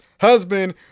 husband